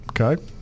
Okay